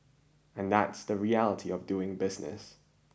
and that's the reality of doing business